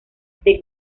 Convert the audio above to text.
the